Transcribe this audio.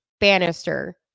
Bannister